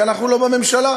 כי אנחנו לא בממשלה.